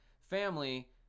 family